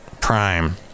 Prime